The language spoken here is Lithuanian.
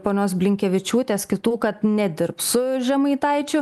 ponios blinkevičiūtės kitų kad nedirbs su žemaitaičiu